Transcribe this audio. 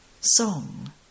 Song